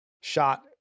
shot